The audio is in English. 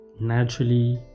naturally